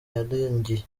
yarangiye